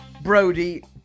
Brody